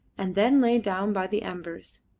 and then lay down by the embers.